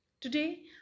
today